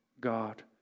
God